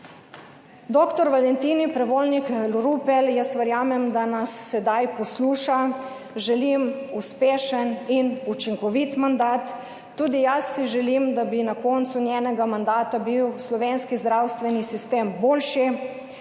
Dr. Valentini Prevolnik Rupel, jaz verjamem, da nas sedaj posluša, želim uspešen in učinkovit mandat. Tudi jaz si želim, da bi na koncu njenega mandata bil slovenski zdravstveni sistem boljši.